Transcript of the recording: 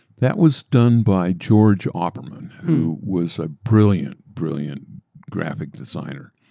that was done by george opperman, who was a brilliant, brilliant graphic designer.